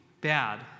bad